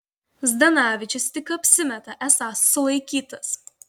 zdanavičius tik apsimeta esąs sulaikytas